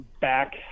back